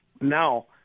Now –